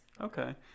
Okay